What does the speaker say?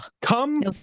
come